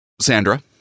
Sandra